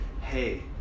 hey